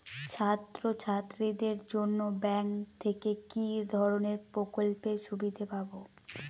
ছাত্রছাত্রীদের জন্য ব্যাঙ্ক থেকে কি ধরণের প্রকল্পের সুবিধে পাবো?